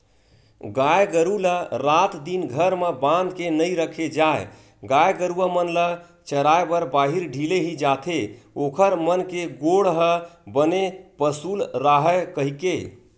गाय गरु ल रात दिन घर म बांध के नइ रखे जाय गाय गरुवा मन ल चराए बर बाहिर ढिले ही जाथे ओखर मन के गोड़ ह बने पसुल राहय कहिके